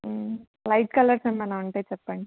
light colours ఏమైన్నా ఉంటే చెప్పండి